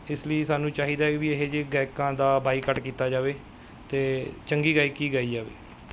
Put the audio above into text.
ਇਸ ਲਈ ਸਾਨੂੰ ਚਾਹੀਦਾ ਵੀ ਇਹ ਜਿਹੇ ਗਾਇਕਾਂ ਦਾ ਬਾਈਕਾਟ ਕੀਤਾ ਜਾਵੇ ਅਤੇ ਚੰਗੀ ਗਾਇਕੀ ਗਾਈ ਜਾਵੇ